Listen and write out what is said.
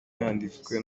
yanditswe